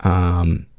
um,